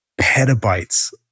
petabytes